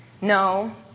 No